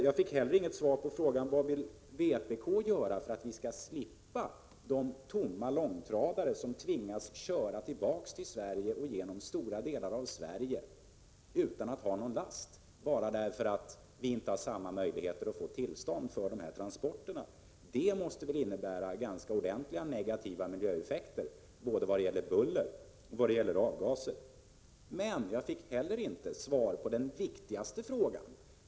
Jag fick inte heller något svar på frågan om vad vpk vill göra för att vi skall slippa få långtradare som tvingas köra tillbaka genom Europa och genom stora delar av Sverige utan någon last bara därför att vi inte har samma möjligheter att få tillstånd för transporterna. Det måste väl medföra ganska omfattande negativa miljöeffekter både när det gäller buller och när det gäller avgaser. ö Inte heller på den viktigaste frågan fick jag något svar.